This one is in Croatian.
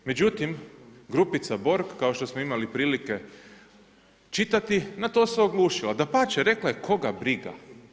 Međutim, grupica Borg kao što smo imali prilike čitati, na to se oglušila, dapače, rekla je koga briga.